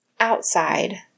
outside